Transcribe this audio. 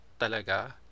talaga